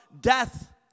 death